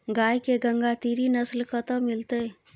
गाय के गंगातीरी नस्ल कतय मिलतै?